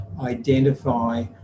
identify